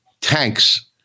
Tanks